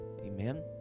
Amen